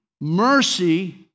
mercy